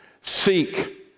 seek